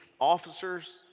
officers